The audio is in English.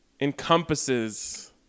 encompasses